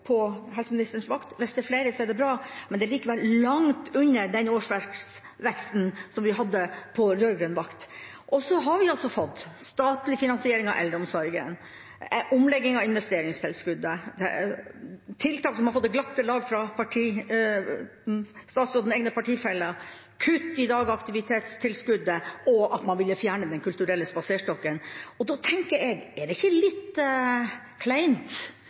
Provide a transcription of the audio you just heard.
på helseministerens vakt. Hvis det er flere, er det bra, men det er likevel langt under den årsverksveksten som vi hadde på rød-grønn vakt. Så har vi altså fått statlig finansiering av eldreomsorgen, en omlegging av investeringstilskuddet – tiltak som har fått det glatte lag fra statsrådens egne partifeller – kutt i dagaktivitetstilskuddet og det at man ville fjerne Den kulturelle spaserstokken. Da tenker jeg: Er det ikke litt kleint